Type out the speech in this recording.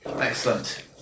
Excellent